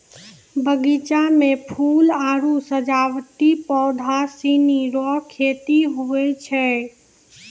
बगीचा मे फूल आरु सजावटी पौधा सनी रो खेती हुवै छै